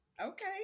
Okay